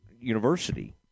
university